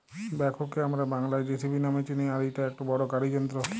ব্যাকহোকে হামরা বাংলায় যেসিবি নামে জানি আর ইটা একটো বড় গাড়ি যন্ত্র